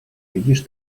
widzisz